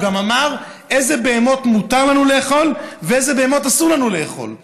גם אמר איזה בהמות מותר לנו לאכול ואיזה בהמות אסור לנו לאכול.